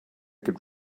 could